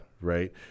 right